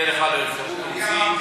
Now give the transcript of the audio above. שתהיה לך אפשרות להוציא,